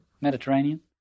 Mediterranean